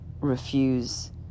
refuse